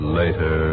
later